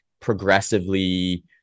progressively